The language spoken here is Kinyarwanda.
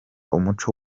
umuco